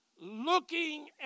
looking